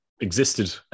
Existed